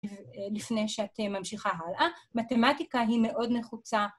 ‫לפני שאת ממשיכה הלאה. ‫מתמטיקה היא מאוד נחוצה